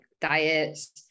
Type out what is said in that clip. diets